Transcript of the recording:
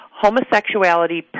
homosexuality